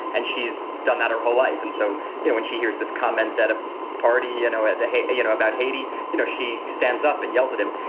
and she's done that her whole life. and so, you know, when she hears this comment at a party, you know and you know about haiti, you know, she stands up and yells at him.